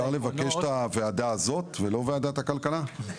אפשר לבקש את הוועדה הזאת ולא וועדת הכלכלה?